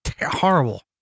Horrible